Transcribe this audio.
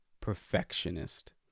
perfectionist